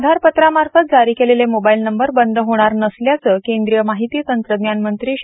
आधार पत्रामार्फत जारी केलेले मोबाईल नंबर बंद होणार नसल्याचं केंद्रीय माहिती तंत्रज्ञान मंत्री श्री